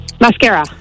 Mascara